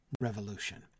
revolution